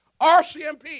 RCMP